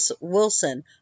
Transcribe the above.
Wilson